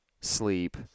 sleep